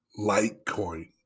Litecoin